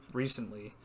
recently